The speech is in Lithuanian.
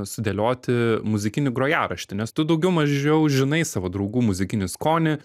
sudėlioti muzikinį grojaraštį nes tu daugiau mažiau žinai savo draugų muzikinį skonį